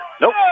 Nope